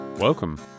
Welcome